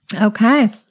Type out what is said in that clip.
Okay